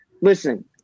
Listen